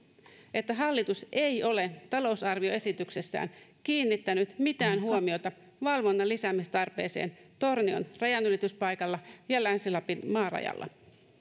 että hallitus ei ole talousarvioesityksessään kiinnittänyt mitään huomiota valvonnan lisäämistarpeeseen tornion rajanylityspaikalla ja länsi lapin maarajalla